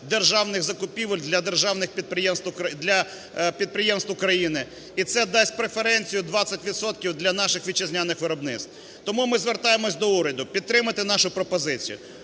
державних підприємств, для підприємств України. І це дасть преференцію 20 відсотків для наших вітчизняних виробництв. Тому ми звертаємось до уряду підтримати нашу пропозицію.